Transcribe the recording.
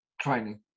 training